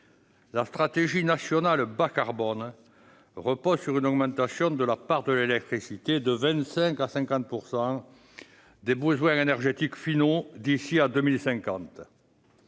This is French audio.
La stratégie nationale bas-carbone repose sur une augmentation de la part de l'électricité de 25 % à 50 % des besoins énergétiques finaux d'ici à 2050.